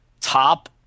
top